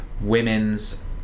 women's